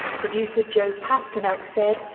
producer joe pasternak said,